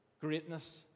greatness